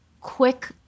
quick